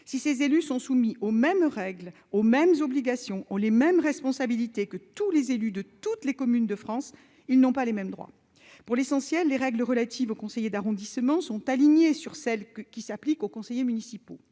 si ces élus sont soumis aux mêmes règles aux mêmes obligations ont les mêmes responsabilités que tous les élus de toutes les communes de France, ils n'ont pas les mêmes droits pour l'essentiel les règles relatives aux conseillers d'arrondissements sont alignées sur celles qui s'applique aux conseillers municipaux,